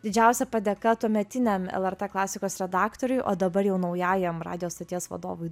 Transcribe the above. didžiausia padėka tuometiniam lrt klasikos redaktoriui o dabar jau naujajam radijo stoties vadovui